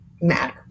matter